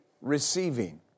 receiving